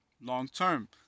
long-term